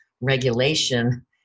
regulation